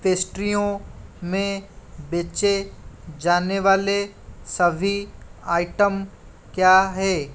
पेस्ट्रियों में बेचे जाने वाले सभी आइटम क्या हैं